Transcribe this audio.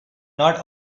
not